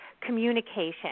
communication